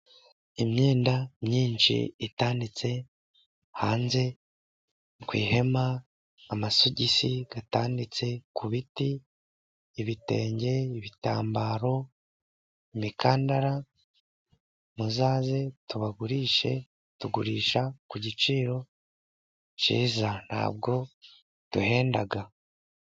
Imyenda myinshi itanditse hanze ku ihema, amasogisi atanditse ku biti，ibitenge, ibitambaro, imikandara，muzaze tubagurishe, tugurisha ku giciro kiza，ntabwo duhenda.